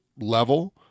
level